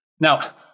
Now